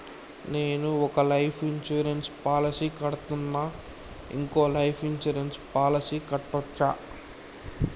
నేను ఒక life insurance policy కడ్తున్నా, ఇంకో లైఫ్ ఇన్సూరెన్స్ పాలసీ కట్టొచ్చా?